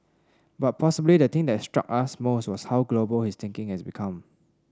but possibly the thing that struck us most was how global his thinking has become